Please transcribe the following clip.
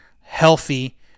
healthy